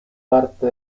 parte